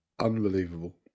Unbelievable